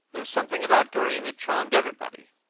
there was something about dorian that charmed everybody.